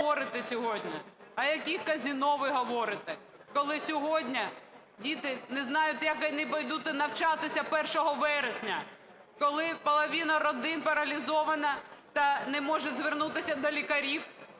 о яких казино ви говорите, коли сьогодні діти не знають, як підуть навчатися 1 вересня, коли половина родин паралізована та не може звернутися до лікарів?